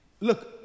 Look